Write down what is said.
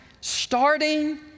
starting